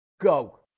Go